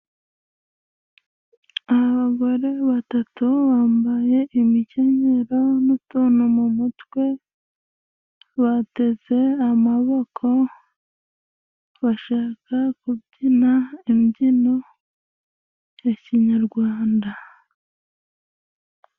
Abagore batatu bambaye imikenyero n'utuntu mu mutwe. Bateze amaboko bashaka kubyina imbyino ya kinyarwanda.